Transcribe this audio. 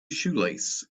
shoelace